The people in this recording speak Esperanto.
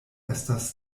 estas